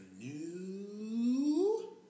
new